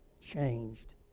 changed